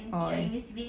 orh